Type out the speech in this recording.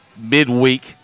midweek